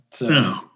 No